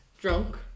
drunk